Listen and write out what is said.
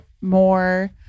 more